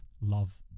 love